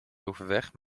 overweg